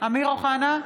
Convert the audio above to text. אמיר אוחנה,